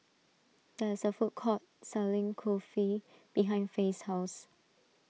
there is a food court selling Kulfi behind Fae's house